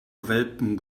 welpen